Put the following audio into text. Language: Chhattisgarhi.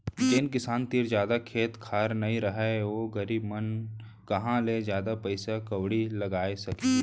जेन किसान तीर जादा खेत खार नइ रहय ओ गरीब मन कहॉं ले जादा पइसा कउड़ी लगाय सकहीं